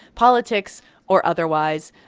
politics or otherwise.